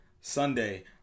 Sunday